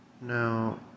Now